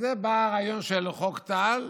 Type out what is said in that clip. אז בא הרעיון של חוק טל,